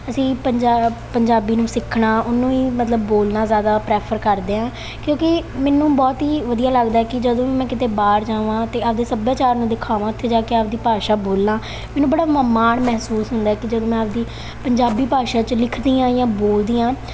ਅਸੀਂ ਪੰਜਾਬ ਪੰਜਾਬੀ ਨੂੰ ਸਿੱਖਣਾ ਉਹਨੂੰ ਹੀ ਮਤਲਬ ਬੋਲਣਾ ਜ਼ਿਆਦਾ ਪ੍ਰੈਫਰ ਕਰਦੇ ਹਾਂ ਕਿਉਂਕਿ ਮੈਨੂੰ ਬਹੁਤ ਹੀ ਵਧੀਆ ਲੱਗਦਾ ਕਿ ਜਦੋਂ ਵੀ ਮੈਂ ਕਿਤੇ ਬਾਹਰ ਜਾਵਾਂ ਅਤੇ ਆਪਦੇ ਸੱਭਿਆਚਾਰ ਨੂੰ ਦਿਖਾਵਾਂ ਉੱਥੇ ਜਾ ਕੇ ਆਪਦੀ ਭਾਸ਼ਾ ਬੋਲਾਂ ਮੈਨੂੰ ਬੜਾ ਮ ਮਾਣ ਮਹਿਸੂਸ ਹੁੰਦਾ ਕਿ ਜਦੋਂ ਮੈਂ ਆਪਦੀ ਪੰਜਾਬੀ ਭਾਸ਼ਾ 'ਚ ਲਿਖਦੀ ਹਾਂ ਜਾਂ ਬੋਲਦੀ ਹਾਂ